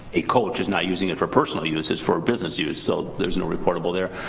a coach is not using it for personal use, it's for business use, so there's and a reportable there.